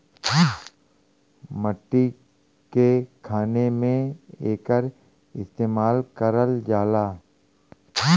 मट्टी के खने में एकर इस्तेमाल करल जाला